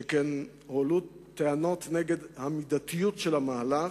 שכן הועלו טענות נגד המידתיות של המהלך,